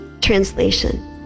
translation